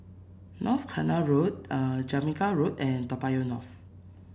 North Canal Road Jamaica Road and Toa Payoh North